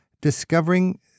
discovering